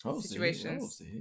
situations